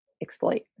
exploit